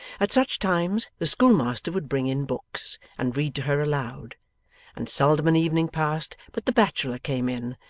at such times, the schoolmaster would bring in books, and read to her aloud and seldom an evening passed, but the bachelor came in,